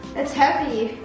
it's heavy.